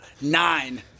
nine